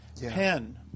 pen